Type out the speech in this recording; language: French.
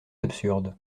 absurde